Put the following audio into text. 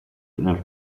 nel